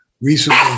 recently